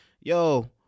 yo